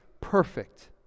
perfect